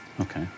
Okay